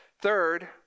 Third